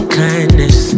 kindness